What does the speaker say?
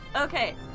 Okay